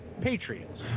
patriots